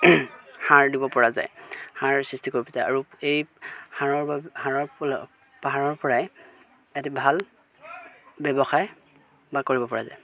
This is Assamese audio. সাৰ দিব পৰা যায় সাৰ সৃষ্টি কৰিব যায় আৰু এই সাৰৰ বাবে সাৰৰ পাহাৰৰপৰাই এটি ভাল ব্যৱসায় বা কৰিব পৰা যায়